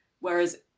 whereas